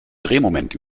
drehmoment